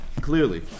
Clearly